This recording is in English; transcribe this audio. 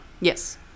yes